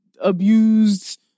abused